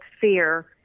fear